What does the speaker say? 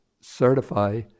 certify